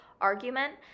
argument